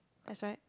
that's right